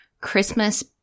Christmas